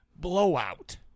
blowout